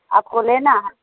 آپ کو لینا ہے